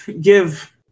give